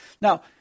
Now